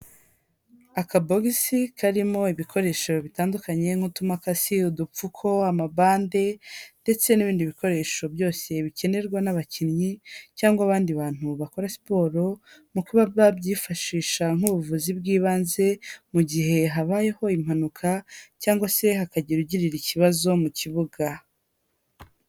Akabogisi karimo ibikoresho bitandukanye nk'utumakasi, udupfuko, amabande ndetse n'ibindi bikoresho byose bikenerwa n'abakinnyi cyangwa abandi bantu bakora siporo mu kuba babyifashisha nk'ubuvuzi bw'ibanze, mu gihe habayeho impanuka cyangwa se hakagira ugirira ikibazo mu kibuga.